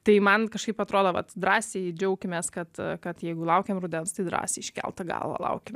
tai man kažkaip atrodo vat drąsiai džiaukimės kad kad jeigu laukiam rudens tai drąsiai iškelta galva laukiam